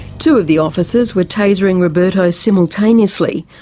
two of the officers were tasering roberto simultaneously,